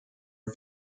are